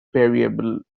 variable